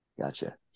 gotcha